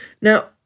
Now